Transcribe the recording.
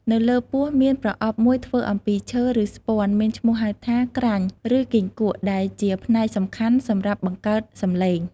នៅលើពោះមានប្រអប់មួយធ្វើអំពីឈើ ឬស្ពាន់មានឈ្មោះហៅថា ក្រាញ ឬ គីង្គក់ ដែលជាផ្នែកសំខាន់សម្រាប់បង្កើតសំឡេង។